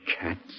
cats